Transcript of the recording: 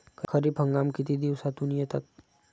खरीप हंगाम किती दिवसातून येतात?